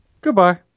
Goodbye